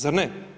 Zar ne?